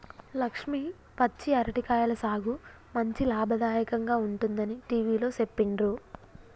లక్ష్మి పచ్చి అరటి కాయల సాగు మంచి లాభదాయకంగా ఉంటుందని టివిలో సెప్పిండ్రు